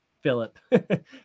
Philip